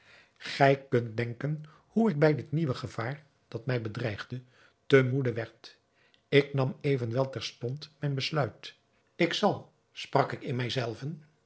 gij kunt denken hoe ik bij dit nieuwe gevaar dat mij bedreigde te moede werd ik nam evenwel terstond mijn besluit ik zal sprak ik in mij